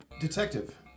Detective